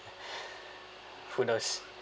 who knows